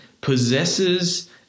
possesses